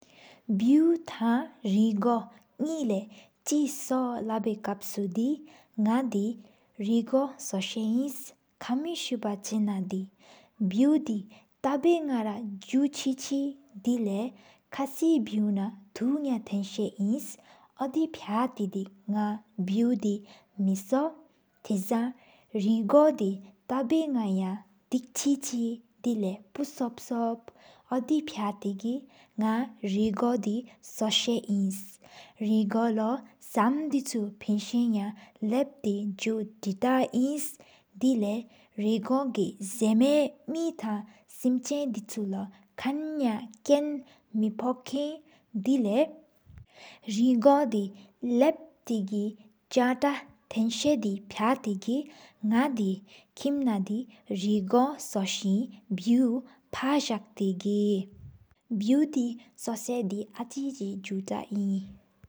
བསུ་ཐང་རེགོ་ནས་རྣ་ལས་ཆེ་སོ་ལབོའི་དཀའ་སོ། དེ་ནག་དེ་རེ་གི་སོ་སྲ་དི་ཁ་མི་སུ་བཀྲ་ཆེ་ནས་དེ། བསུ་དེ་རྟ་བའི་ག་ར་ཟུ་ཆེ་ཆེ། དེ་ལེ་ཁ་སིས་བསུ་ན་ཐོག་ཡ་ཐེན་ད་ཡིན། འོ་དེ་ཆི་སྤྱ་ཐེ་གི་བེེ་དེ་མེ་སོ། ཐེ་ས་ན་རེགོ་དེ་ཐག་བེ་ག་ར་བསྡུ་ཆེ་ཆེ། དེ་ལེ་ཕུ་སོབ་སོབ་འོ་དེ་ཆི་སྤྱ་ཐེ་ནག་རེག་གི་དེ་སོས་ཡིན། རེགོ་ལོ་ས་མ་དི་ཆུ་ཡོཾ་མང་འདེལ་ལབས་ཏེ། ཇོ་དེ་ཐ་ཡིན་དེ་ལེ་རེགོ་གི་མེ་ཐང་། ཟེ་མ་སེམས་ཆེན་དི་ཆུ་ལོ་ཁེན་ཡ་ཁེན། མེ་ན་ལེ་རེགོ་དེ་ལབས་ཏེ་གི་ཆེན་སཏག། ཐེ་ས་ན་བག་ཐེ་གི་ནག་དེ་ཁི་མེ་ནས་དེ། རེགོ་སོ་སེའི་བསུ་དེ་ཕི་ཟག་ཏེ་གི། བསུ་དེ་སོ་སག་དི་འགྱིངས་ཆེ་ཟུ་ཏེ་ཡིན།